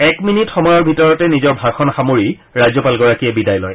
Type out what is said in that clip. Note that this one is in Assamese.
এক মিনিট সময়ৰ ভিতৰতে নিজৰ ভাষণ সামৰি ৰাজ্যপালগৰাকীয়ে বিদায় লয়